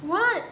what